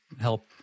help